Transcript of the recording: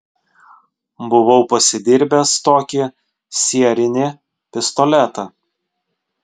buvau pasidirbęs tokį sierinį pistoletą